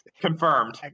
Confirmed